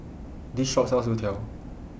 This Shop sells Youtiao